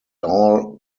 all